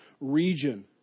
region